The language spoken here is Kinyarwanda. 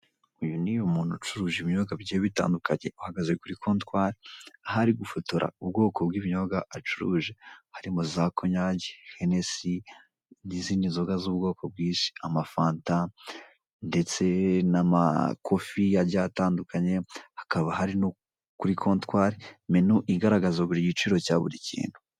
Uyu ni umuntu ucuruje ibinyobwa bigiye bitandukanye uhagaze kuri kontwari hari gufotora ubwoko bw'ibinyobwa bicuruje harimo za kanyange, henesi n'izindi nzoga z'ubwoko bwinshi amafanta ndetse n'amakofi atandukanye akaba ahari no kuri kontwari menu igaragaza buri giciro cya buri kintu.